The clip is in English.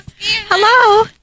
Hello